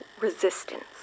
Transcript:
resistance